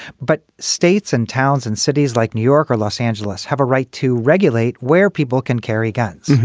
but states and towns and cities like new york or los angeles have a right to regulate where people can carry guns.